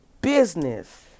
business